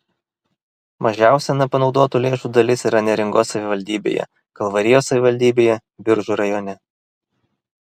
mažiausia nepanaudotų lėšų dalis yra neringos savivaldybėje kalvarijos savivaldybėje biržų rajone